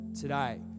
today